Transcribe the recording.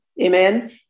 Amen